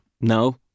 No